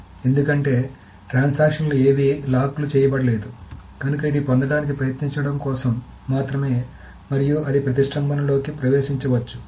ఎందుకంటే ట్రాన్సాక్షన్ లు ఏవీ లాక్ లు విడుదల చేయలేదు కనుక ఇది పొందడానికి ప్రయత్నించడం కోసం మాత్రమే మరియు అది ప్రతిష్టంభన లోకి ప్రవేశించవచ్చు